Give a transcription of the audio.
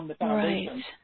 Right